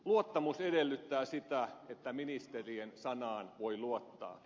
luottamus edellyttää sitä että ministerien sanaan voi luottaa